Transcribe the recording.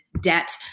debt